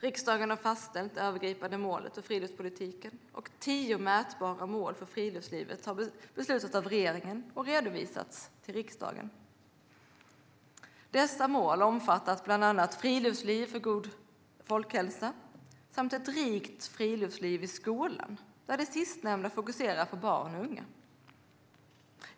Riksdagen har fastställt det övergripande målet för friluftslivspolitiken, och tio mätbara mål för friluftslivet har beslutats av regeringen och redovisats till riksdagen. Dessa mål omfattar bland annat Friluftsliv för god folkhälsa samt Ett rikt friluftsliv i skolan, där det sistnämnda fokuserar på barn och unga.